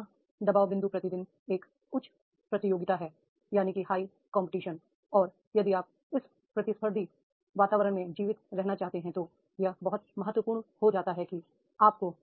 अगला दबाव बिंदु दिन प्रतिदिन एक उच्च प्रतियोगिता है और यदि आप इस प्रतिस्पर्धी वातावरण में जीवित रहना चाहते हैं तो यह बहुत महत्वपूर्ण हो जाता है कि आपको